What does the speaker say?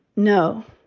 no.